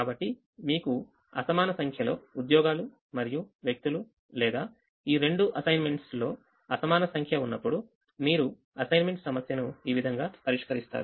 కాబట్టి మీకు అసమాన సంఖ్యలో ఉద్యోగాలు మరియు వ్యక్తులు లేదా ఈ రెండు అసైన్మెంట్స్ లో అసమాన సంఖ్య ఉన్నప్పుడు మీరు అసైన్మెంట్ సమస్యను ఈ విధంగా పరిష్కరిస్తారు